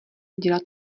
dělat